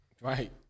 Right